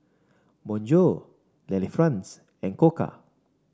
Bonjour Delifrance and Koka